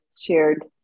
shared